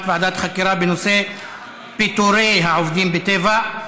ועדת חקירה בנושא פיטורי העובדים בטבע,